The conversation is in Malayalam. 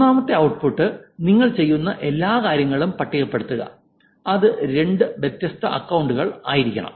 മൂന്നാമത്തെ ഔട്ട്പുട്ട് നിങ്ങൾ ചെയ്യുന്ന എല്ലാ കാര്യങ്ങളും പട്ടികപ്പെടുത്തുക അത് രണ്ട് വ്യത്യസ്ത അക്കൌണ്ടുകൾ ആയിരിക്കണം